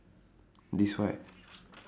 this what